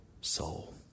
soul